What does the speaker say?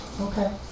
Okay